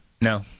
No